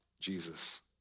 Jesus